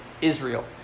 Israel